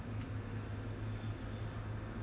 who ah